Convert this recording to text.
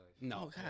No